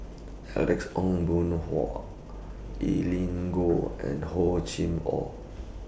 Alex Ong Boon Hau Evelyn Goh and Hor Chim Or